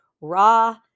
raw